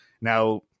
Now